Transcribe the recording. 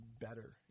better